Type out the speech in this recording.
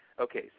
okay